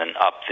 up